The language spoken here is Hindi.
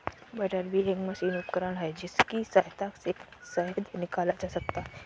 बैटरबी एक मशीनी उपकरण है जिसकी सहायता से शहद निकाला जाता है